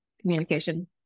communication